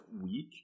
week